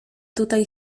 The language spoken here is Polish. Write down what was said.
tutaj